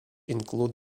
include